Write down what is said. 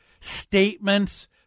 statements